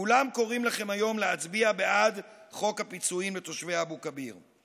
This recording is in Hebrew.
כולם קוראים לכם להצביע היום בעד חוק הפיצויים לתושבי אבו כביר.